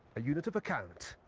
a unit of account,